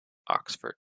oxford